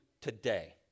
today